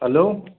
hello